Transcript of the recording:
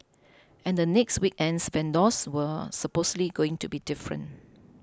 and the next weekend's vendors were supposedly going to be different